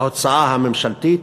בהוצאה הממשלתית,